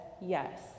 yes